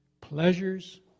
Pleasures